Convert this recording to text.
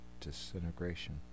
disintegration